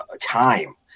time